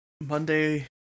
Monday